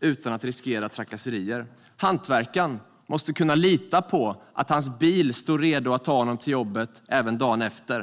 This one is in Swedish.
utan att riskera trakasserier. Hantverkaren måste kunna lita på att hans bil står redo att ta honom till jobbet även dagen efter.